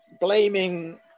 blaming